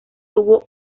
tuvo